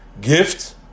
gift